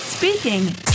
Speaking